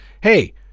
Hey